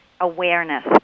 awareness